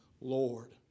Lord